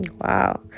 wow